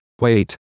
wait